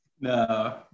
No